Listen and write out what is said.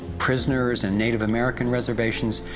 prisoners, and native american reservations,